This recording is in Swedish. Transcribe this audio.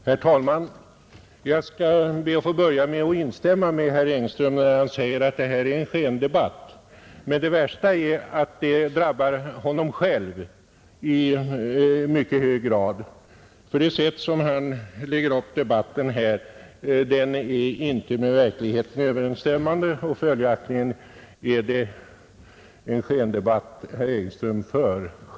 Herr talman! Jag skall börja med att instämma med herr Engström när han säger att detta är en skendebatt. Men det värsta är att det omdömet i mycket hög grad drabbar honom själv. Hans påståenden är inte med verkligheten överensstämmande, och följaktligen för han en skendebatt.